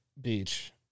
Beach